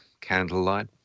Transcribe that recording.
candlelight